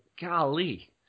golly